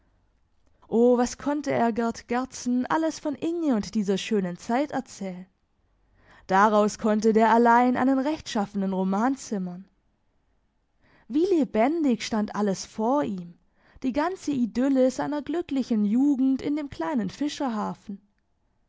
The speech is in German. o was konnte er gerd gerdsen alles von inge und dieser schönen zeit erzählen daraus konnte der allein einen rechtschaffenen roman zimmern wie lebendig stand alles vor ihm die ganze idylle seiner glücklichen jugend in dem kleinen